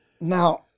now